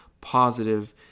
positive